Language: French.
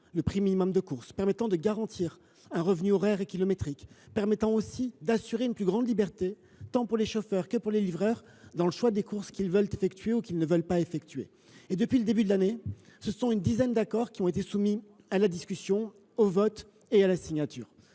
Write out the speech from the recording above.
le prix minimal de course, de garantir un revenu horaire et kilométrique, et d’assurer une plus grande liberté tant pour les chauffeurs que pour les livreurs dans le choix des courses qu’ils veulent ou ne veulent pas effectuer. Depuis le début de l’année, une dizaine d’accords ont été soumis à discussion, au vote et à signature.